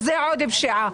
זה עוד פשיעה.